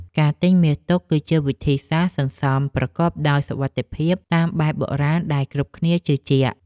ការទិញមាសទុក គឺជាវិធីសាស្ត្រសន្សំប្រកបដោយសុវត្ថិភាពតាមបែបបុរាណដែលគ្រប់គ្នាជឿជាក់។